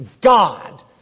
God